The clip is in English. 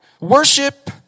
Worship